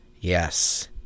Yes